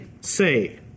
say